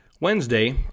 Wednesday